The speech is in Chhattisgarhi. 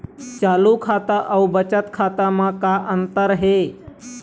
चालू खाता अउ बचत खाता म का अंतर हे?